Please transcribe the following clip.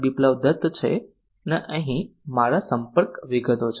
બિપ્લબ દત્ત છે અને અહીં મારી સંપર્ક વિગતો છે